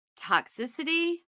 toxicity